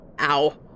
ow